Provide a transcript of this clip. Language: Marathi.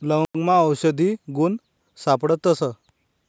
लवंगमा आवषधी गुण सापडतस